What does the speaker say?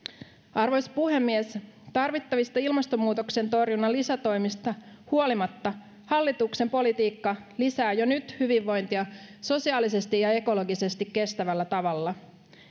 arvoisa puhemies tarvittavista ilmastonmuutoksen torjunnan lisätoimista huolimatta hallituksen politiikka lisää jo nyt hyvinvointia sosiaalisesti ja ekologisesti kestävällä tavalla